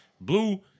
Blue